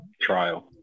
trial